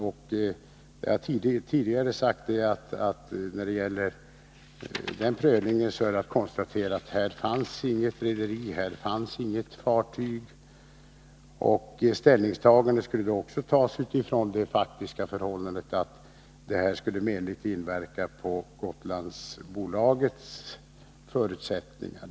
Jag har tidigare sagt att när det gäller den prövningen är det att konstatera att här fanns inget rederi och inget fartyg. Ställningstagandet skulle också tas utifrån det faktiska förhållandet att denna trafik skulle inverka menligt på Gotlandsbolagets förutsättningar.